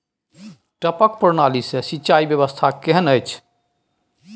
टपक प्रणाली से सिंचाई व्यवस्था केहन अछि?